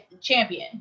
champion